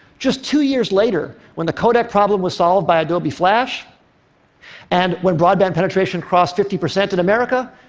just two years later, when the codec problem was solved by adobe flash and when broadband penetration crossed fifty percent in america,